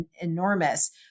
enormous